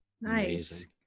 Nice